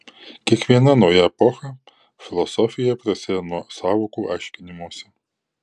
kiekviena nauja epocha filosofijoje prasideda nuo sąvokų aiškinimosi